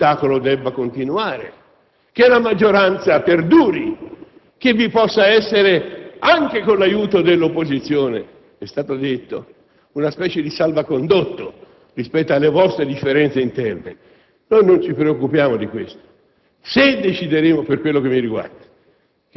consentire che le cose proseguano allo stesso modo, che lo spettacolo continui, che la maggioranza perduri, che vi possa essere, anche con l'aiuto dell'opposizione - è stato detto - una specie di salvacondotto rispetto alle vostre differenze interne.